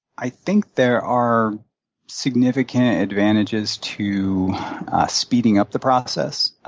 i think there are significant advantages to speeding up the process,